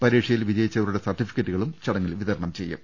പരീക്ഷയിൽ വിജയിച്ചവരുടെ സർട്ടി ഫിക്കറ്റുകളും ചടങ്ങിൽ വിതരണം ചെയ്യും